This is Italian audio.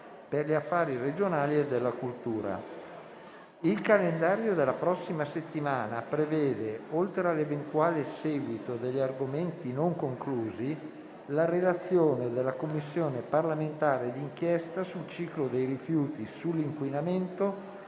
per gli affari regionali e della cultura. Il calendario della prossima settimana prevede, oltre all'eventuale seguito degli argomenti non conclusi, la relazione della Commissione parlamentare d'inchiesta sul ciclo dei rifiuti sull'inquinamento